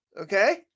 okay